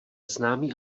známý